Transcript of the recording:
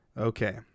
Okay